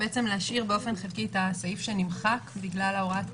להשאיר באופן חלקי את הסעיף שנמחק בגלל הוראת הקצה,